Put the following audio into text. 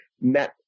met